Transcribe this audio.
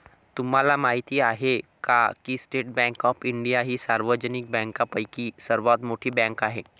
तुम्हाला माहिती आहे का की स्टेट बँक ऑफ इंडिया ही सार्वजनिक बँकांपैकी सर्वात मोठी बँक आहे